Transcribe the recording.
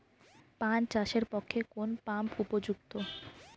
পান চাষের পক্ষে কোন পাম্প উপযুক্ত?